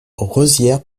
rosières